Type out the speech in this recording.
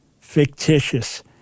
fictitious